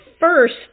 first